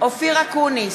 אופיר אקוניס,